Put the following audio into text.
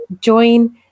join